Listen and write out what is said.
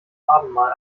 abendmahl